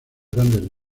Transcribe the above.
grandes